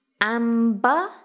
Amber